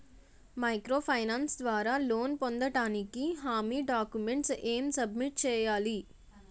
Micro finance ద్వారా loan పొందటానికి హామీ డాక్యుమెంట్స్ ఎం సబ్మిట్ చేయాలి?